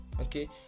okay